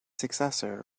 successor